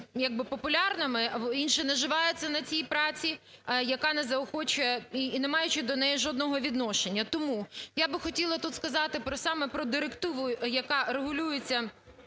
популярними, інші наживаються на цій праці, яка не заохочує, і не маючи до неї жодного відношення. Тому я би хотіла тут сказати саме про директиву, яка регулюється